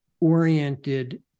oriented